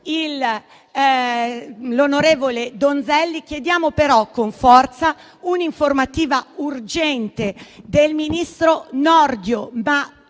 l'onorevole Donzelli. Chiediamo però con forza un'informativa urgente del ministro Nordio